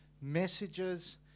messages